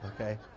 okay